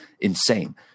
insane